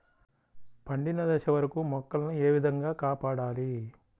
పండిన దశ వరకు మొక్కల ను ఏ విధంగా కాపాడాలి?